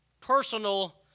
personal